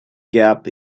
gap